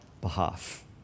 behalf